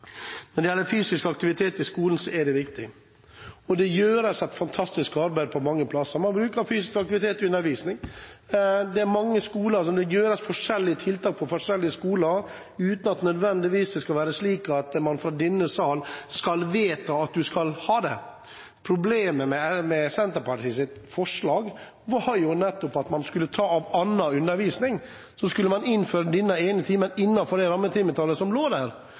Fysisk aktivitet i skolen er viktig. Det gjøres et fantastisk arbeid på mange plasser. Man bruker fysisk aktivitet i undervisning. På mange forskjellige skoler gjøres det forskjellige tiltak, uten at det nødvendigvis skal være slik at man i denne sal skal vedta at man skal ha det. Problemet med Senterpartiets forslag var nettopp at man skulle ta av annen undervisning, og så skulle man innføre denne ene timen innenfor det rammetimetallet som lå der.